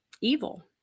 evil